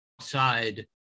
outside